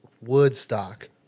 Woodstock